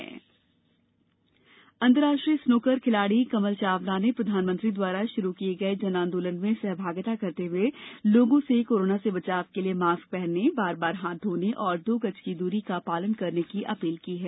जन आंदोलन अंतर्राष्ट्रीय स्नूकर खिलाड़ी कमल चावला ने प्रधानमंत्री द्वारा शुरू किये गए जन आंदोलन में सहभागिता करते हुए लोगों से कोरोना से बचाव के लिए मास्क पहनने बार बार हाथ धोने और दो गज की दूरी का पालन करने की अपील की है